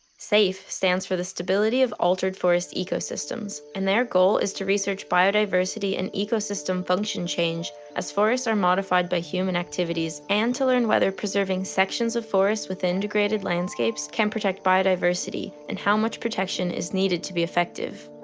safe stands for the stability of altered forest ecosystems and their goal is to research biodiversity and ecosystem function change as forests are modified by human activities and to learn whether preserving sections of forests within degraded landscapes can protect biodiversity, and how much protection is needed to be effective.